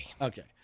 Okay